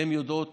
הן יודעות